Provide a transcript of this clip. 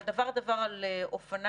אבל דבר דבור על אופניו,